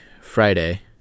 Friday